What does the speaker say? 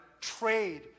Trade